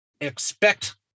expect